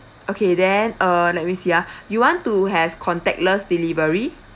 okay then uh let me see ah you want to have contactless delivery